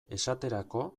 esaterako